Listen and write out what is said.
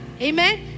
Amen